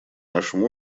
нашем